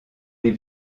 les